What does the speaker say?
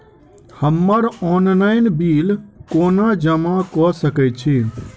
हम्मर online bill कोना जमा कऽ सकय छी?